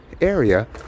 area